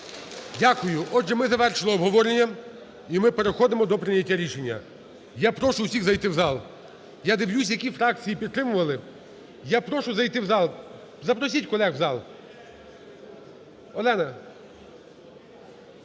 Дякую. Отже, ми завершили обговорення і ми переходимо до прийняття рішення. Я прошу всіх зайти в зал. Я дивлюсь, які фракції підтримували. Я прошу зайти в зал. Запросіть колег в зал, Олена.